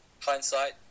Hindsight